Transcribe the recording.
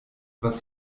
was